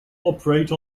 operate